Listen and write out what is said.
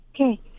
Okay